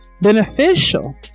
beneficial